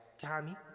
Tommy